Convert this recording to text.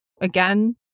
Again